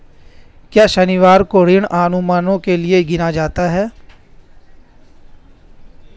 क्या शनिवार को ऋण अनुमानों के लिए गिना जाता है?